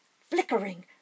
flickering